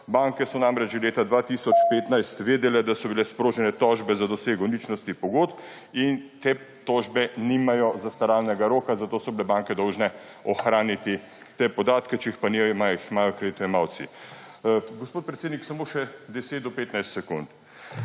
Banke so namreč že leta 2015 vedele, da so bile sprožene tožbe za dosego ničnosti pogodb. Te tožbe nimajo zastaralnega roka, zato so bile banke dolžne ohraniti te podatke. Če jih pa nimajo, jih imajo kreditojemalci. Gospod predsednik, samo še 10 do 15 sekund.